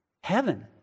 Heaven